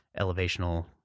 elevational